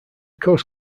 coast